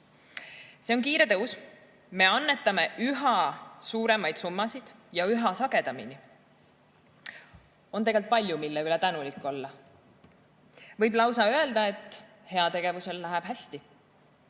See on kiire tõus, me annetame üha suuremaid summasid ja üha sagedamini. On tegelikult palju, mille üle tänulik olla. Võib lausa öelda, et heategevusel läheb hästi.